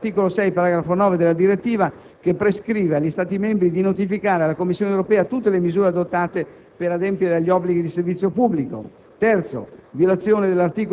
inattuazione dell'articolo 3, paragrafo 9, della direttiva, che prescrive agli Stati membri di notificare alla Commissione europea tutte le misure adottate per adempiere agli obblighi di servizio pubblico;